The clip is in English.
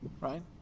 right